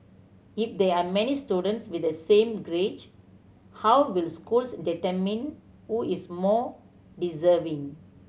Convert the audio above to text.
if there are many students with the same grades how will schools determine who is more deserving